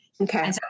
okay